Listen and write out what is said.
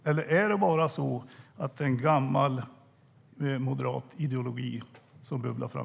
Eller är det bara en gammal moderat ideologi som bubblar fram?